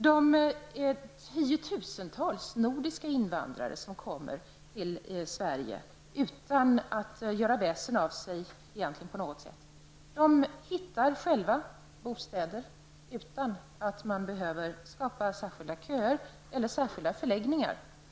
De tiotusentals nordiska invandrare som kommer till Sverige utan att göra väsen av sig hittar själva bostäder utan att man behöver skapa särskilda köer eller särskilda förläggningar.